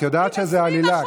את יודעת שזה עלילה?